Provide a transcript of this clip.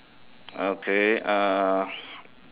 okay uh